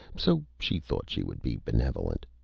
so she thought she would be benevolent.